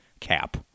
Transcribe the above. cap